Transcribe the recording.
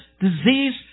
disease